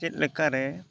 ᱪᱮᱫ ᱞᱮᱠᱟᱨᱮ